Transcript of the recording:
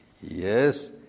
Yes